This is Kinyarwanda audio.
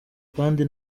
kandi